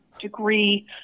degree